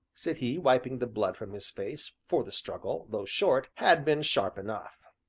said he, wiping the blood from his face, for the struggle, though short, had been sharp enough.